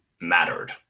mattered